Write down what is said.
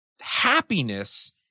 happiness